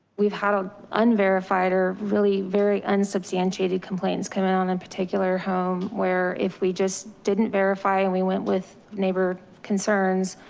we've had an unverified or really very unsubstantiated complaints come in on a and particular home where if we just didn't verify and we went with neighbor concerns.